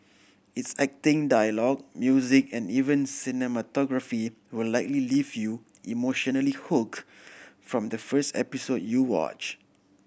its acting dialogue music and even cinematography will likely leave you emotionally hooked from the first episode you watch